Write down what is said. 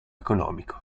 economico